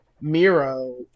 Miro